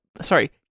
Sorry